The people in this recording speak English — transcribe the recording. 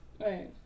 Right